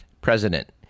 president